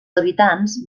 habitants